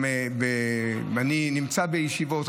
אני נמצא בישיבות,